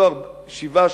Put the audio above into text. לנסוע 7,